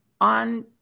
on